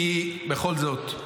כי בכל זאת,